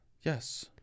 Yes